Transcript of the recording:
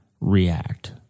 react